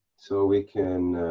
so we can